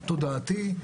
גם תודעתי,